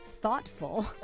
thoughtful